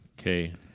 Okay